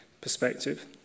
perspective